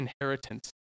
inheritance